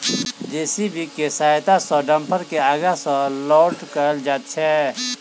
JCB के सहायता सॅ डम्फर के आगू सॅ लोड कयल जाइत छै